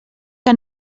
que